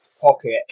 pocket